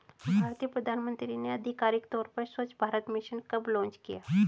भारतीय प्रधानमंत्री ने आधिकारिक तौर पर स्वच्छ भारत मिशन कब लॉन्च किया?